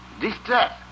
distress